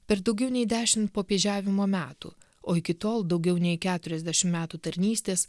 per daugiau nei dešimt popiežiavimo metų o iki tol daugiau nei keturiasdešim metų tarnystės